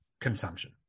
consumption